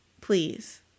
Please